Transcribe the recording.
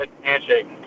handshake